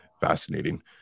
fascinating